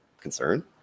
concern